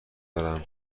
دارم